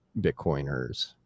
Bitcoiners